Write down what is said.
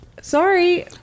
Sorry